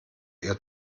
ihr